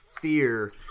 fear